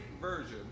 version